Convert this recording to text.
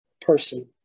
person